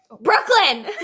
Brooklyn